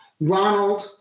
Ronald